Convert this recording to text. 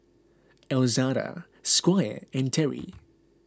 Elzada Squire and Terri